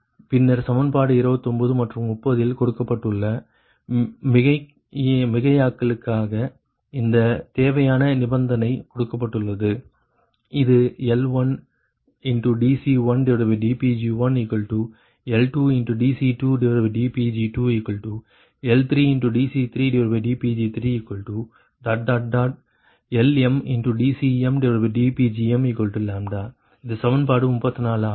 பின்னர் சமன்பாடு 29 மற்றும் 30 இல் கொடுக்கப்பட்டுள்ள மிகையாக்கலுக்காக இந்த தேவையான நிபந்தனை கொடுக்கப்பட்டுள்ளது இது L1dC1dPg1L2dC2dPg2L3dC3dPg3LmdCmdPgmλ இது சமன்பாடு 34 ஆகும் ஆனால் L11 ஆகும்